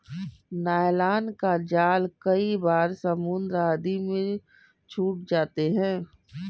nylon का जाल कई बार समुद्र आदि में छूट जाते हैं